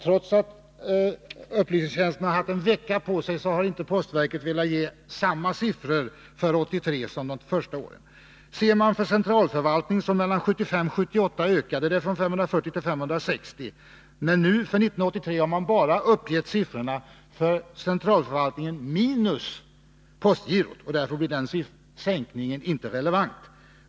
Trots att upplysningstjänsten har haft en vecka på sig, har inte postverket velat ge jämförbara siffror för 1983. Ser man på centralförvaltningen finner man att antalet anställda mellan 1975 och 1978 ökade från 540 till 560, men för 1983 har för centralförvaltningen postgirots personal inte tagits med. Därför blir den sänkning som redovisats inte relevant.